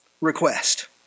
request